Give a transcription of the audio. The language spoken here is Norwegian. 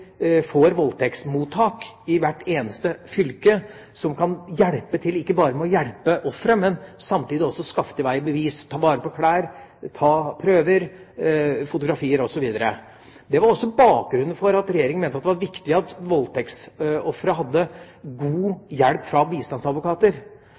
får voldtektsmottak i hvert eneste fylke som kan hjelpe til – ikke bare hjelpe offeret, men samtidig også skaffe til veie bevis: ta vare på klær, ta prøver, fotografier, osv. Det var også bakgrunnen for at Regjeringa mente det var viktig at voldtektsofre hadde